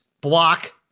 block